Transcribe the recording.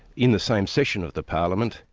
in the same session of the parliament.